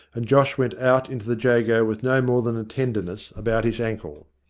and josh went out into the jago with no more than a tenderness about his ankle.